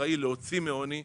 להוציא מעוני,